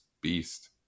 beast